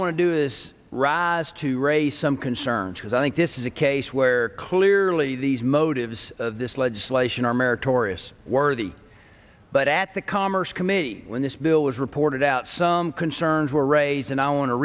want to do is raz to raise some concerns because i think this is a case where clearly these motives of this legislation are meritorious worthy but at the commerce committee when this bill was reported out some concerns were raised and i want to